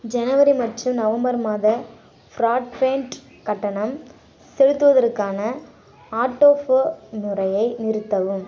ஜனவரி மற்றும் நவம்பர் மாத ஃப்ராட்பேன்ட் கட்டணம் செலுத்துவதற்கான ஆட்டோபோ முறையை நிறுத்தவும்